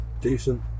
Decent